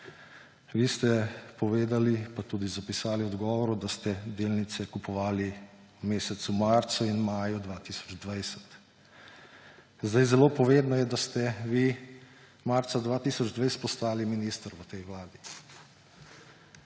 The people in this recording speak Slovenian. Vi ste povedali pa tudi zapisali v odgovoru, da ste delnice kupovali v mesecu marcu in maju 2020. Zelo povedno je, da ste vi marca 2020 postali minister v tej vladi.